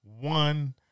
one